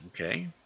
Okay